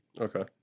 Okay